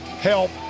help